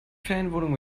ferienwohnung